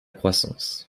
croissance